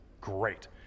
great